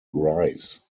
rise